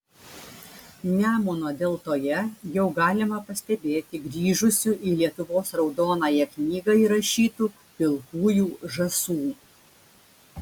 nemuno deltoje jau galima pastebėti grįžusių į lietuvos raudonąją knygą įrašytų pilkųjų žąsų